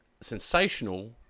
sensational